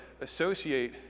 associate